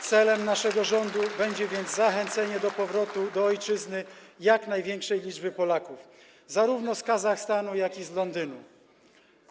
Celem naszego rządu będzie więc zachęcenie do powrotu do ojczyzny jak największej liczby Polaków zarówno z Kazachstanu, jak i z Londynu.